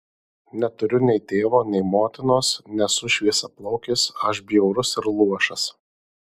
neturiu nei tėvo nei motinos nesu šviesiaplaukis aš bjaurus ir luošas